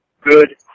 good